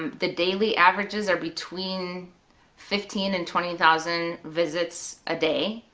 the daily averages are between fifteen and twenty thousand visits a day.